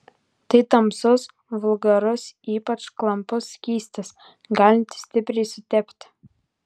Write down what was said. tai tamsus vulgarus ypač klampus skystis galintis stipriai sutepti